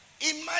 Imagine